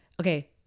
Okay